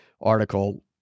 article